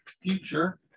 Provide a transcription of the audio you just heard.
future